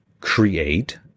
create